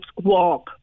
walk